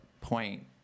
point